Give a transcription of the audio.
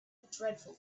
dreadful